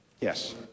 Yes